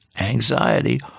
anxiety